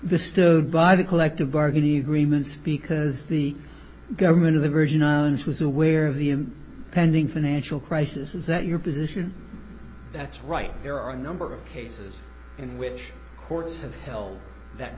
bestowed by the collective bargaining agreements because the government of the virgin islands was aware of the i'm pending financial crisis is that your position that's right there are a number of cases in which courts have held